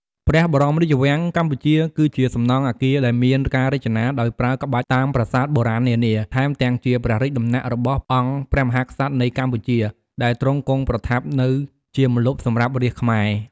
ព្រះបរមរាជវាំងកម្ពុជាគឺជាសំណង់អាគារដែលមានការរចនាដោយប្រើក្បាច់តាមប្រាសាទបុរាណនានា ថែមទាំងជាព្រះរាជដំណាក់របស់អង្គព្រះមហាក្សត្រនៃកម្ពុជា ដែលទ្រង់គង់ប្រថាប់នៅជាម្លប់សម្រាប់រាស្រ្តខ្មែរ ។